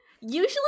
usually